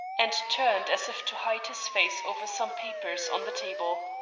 and turned as if to hide his face over some papers on the table.